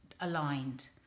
aligned